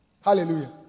Hallelujah